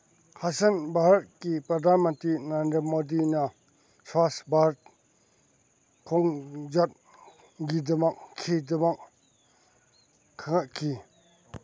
ꯍꯥꯁꯟ ꯚꯥꯔꯠꯀꯤ ꯄ꯭ꯔꯙꯥꯟ ꯃꯟꯇ꯭ꯔꯤ ꯅꯔꯦꯟꯗ꯭ꯔ ꯃꯣꯗꯤꯅ ꯁ꯭ꯋꯥꯁ ꯚꯥꯔꯠ ꯈꯣꯡꯖꯠ ꯈꯤꯗꯃꯛ ꯈꯪꯒꯠꯈꯤ